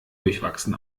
durchwachsen